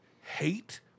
hate